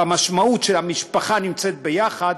במשמעות שהמשפחה נמצאת יחד,